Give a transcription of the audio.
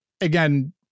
again